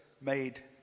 made